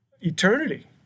eternity